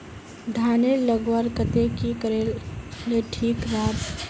धानेर लगवार केते की करले ठीक राब?